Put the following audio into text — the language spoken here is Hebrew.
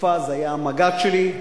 מופז היה המג"ד שלי,